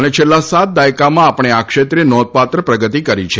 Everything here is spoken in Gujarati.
અને છેલ્લા સાત દાયકામાં આપણે આ ક્ષેત્રે નોંધપાત્ર પ્રગતિ કરી છે